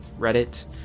reddit